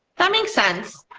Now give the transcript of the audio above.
that makes sense.